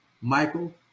Michael